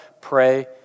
pray